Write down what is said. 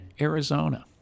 Arizona